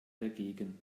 dagegen